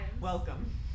Welcome